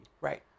Right